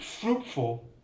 fruitful